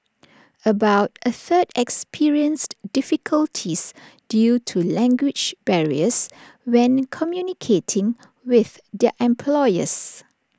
about A third experienced difficulties due to language barriers when communicating with their employers